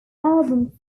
album